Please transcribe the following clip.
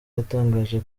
yatangaje